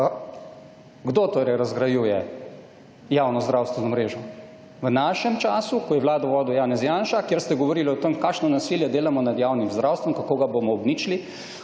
Kdo torej razgrajuje javno zdravstveno mrežo? V našem času, ko je Vlado vodil Janez Janša, kjer ste govoril o tem, kakšno nasilje delamo nad javnim zdravstvom, kako ga bomo uničili,